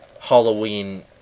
halloween